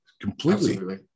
completely